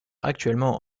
actuellement